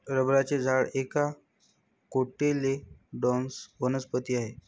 रबराचे झाड एक कोटिलेडोनस वनस्पती आहे